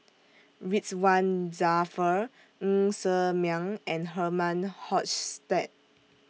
Ridzwan Dzafir Ng Ser Miang and Herman Hochstadt